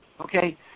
Okay